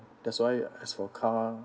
that's why as for car